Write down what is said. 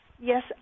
Yes